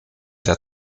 der